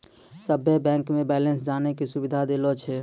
सभे बैंक मे बैलेंस जानै के सुविधा देलो छै